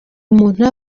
umuntu